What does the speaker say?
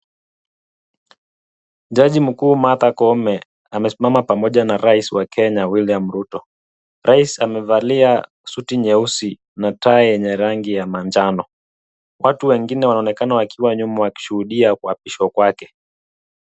Jaji mkuu Martha koome amesimama pamoja na rais wa Kenya William Ruto. Rais amevalia suti nyeusi na tai yenye rangi ya manjano. Watu wengine wanaonekana wakiwa nyuma, wakishuhudia kuapishwa kwake.